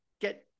get